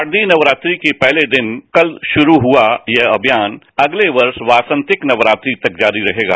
शारदीय नवरात्रि के पहले दिन कत शुरू हुआ यह अभियान अगले वर्ष बस्तिक नवरात्रि तक जारी रहेगा